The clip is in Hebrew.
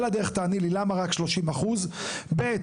על הדרך תעני לי למה רק 30%. ב',